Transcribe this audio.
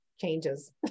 changes